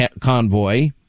Convoy